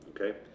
okay